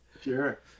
Sure